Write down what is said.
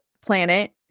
planet